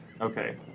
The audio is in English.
okay